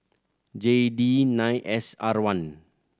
J D nine S R one